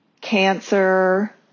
cancer